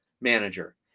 manager